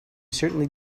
certainly